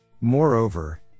Moreover